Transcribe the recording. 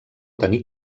tenir